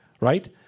Right